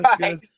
Right